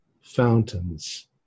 fountains